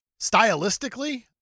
Stylistically